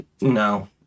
no